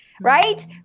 right